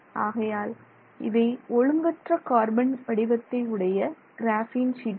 ஆகையால் இவை ஒழுங்கற்ற கார்பன் வடிவத்தை உடைய கிராபின் ஷீட்டுகள்